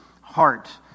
heart